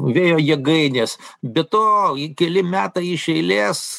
vėjo jėgainės be to keli metai iš eilės